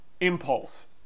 impulse